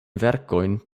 verkojn